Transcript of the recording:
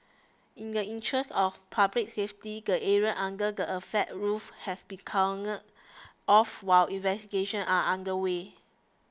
in the interest of public safety the area under the affected roof has been cordoned off while investigations are underway